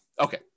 Okay